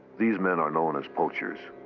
these men are known as poachers.